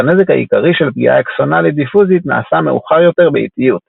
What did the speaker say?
אך הנזק העיקרי של פגיעה אקסונאלית דיפוזית נעשה מאוחר יותר באיטיות,